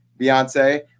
beyonce